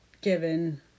given